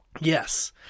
Yes